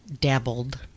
dabbled